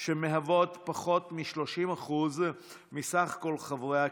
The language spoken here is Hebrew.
שהן פחות מ-30% מסך כל חברי הכנסת.